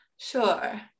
Sure